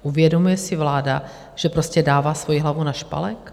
Uvědomuje si vláda, že prostě dává svoji hlavu na špalek?